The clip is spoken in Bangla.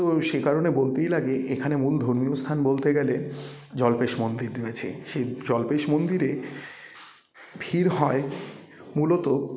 তো সে কারণে বলতেই লাগে এখানে মূল ধর্মীয় স্থান বলতে গেলে জল্পেশ মন্দির রয়েছে সেই জল্পেশ মন্দিরে ভিড় হয় মূলত